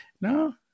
No